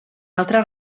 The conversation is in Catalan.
altre